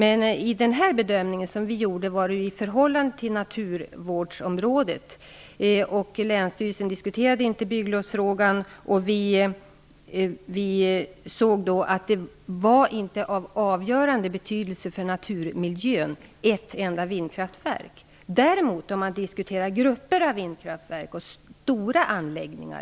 Vi gjorde vår bedömning i förhållande till naturvårdsområdet. Länsstyrelsen diskuterade inte bygglovsfrågan, och vi ansåg att ett enda vindkraftverk inte var av avgörande betydelse för naturmiljön. Däremot är det en helt annan sak om det gäller grupper av vindkraftverk och stora anläggningar.